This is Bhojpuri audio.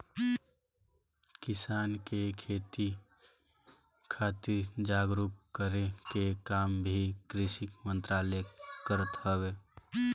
किसान के खेती खातिर जागरूक करे के काम भी कृषि मंत्रालय करत हवे